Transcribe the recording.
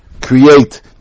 create